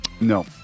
No